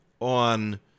on